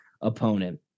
opponent